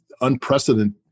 unprecedented